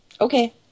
Okay